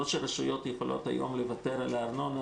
זה לא שרשויות היום יכולות לוותר על הארנונה